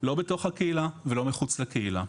לא בתוך הקהילה ולא מחוץ לקהילה.